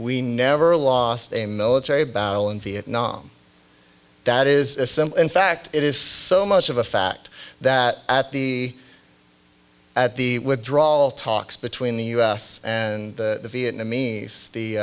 we never lost a military battle in vietnam that is in fact it is so much of a fact that at the at the withdrawal talks between the us and the vietnamese the